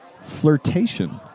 flirtation